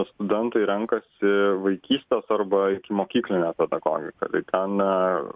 studentai renkasi vaikystės arba ikimokyklinę pedagogiką tai ten